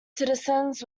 citizens